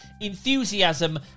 enthusiasm